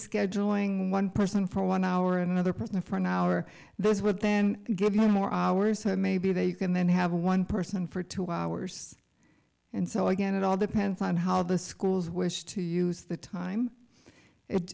scheduling one person for one hour and another person for an hour those would then give you more hours to maybe that you can then have one person for two hours and so again it all depends on how the schools wish to use the time it